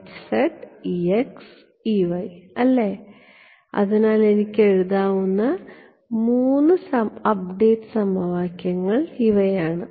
അല്ലേ അതിനാൽ എനിക്ക് എഴുതാവുന്ന 3 അപ്ഡേറ്റ് സമവാക്യങ്ങൾ ഇവയാണ്